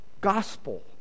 gospel